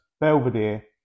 Belvedere